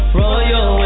royal